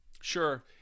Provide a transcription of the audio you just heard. sure